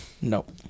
nope